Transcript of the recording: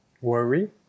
worry